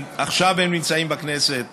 עכשיו הם נמצאים בכנסת.